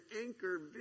anchor